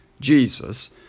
Jesus